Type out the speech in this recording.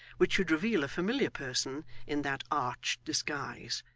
which should reveal a familiar person in that arch disguise,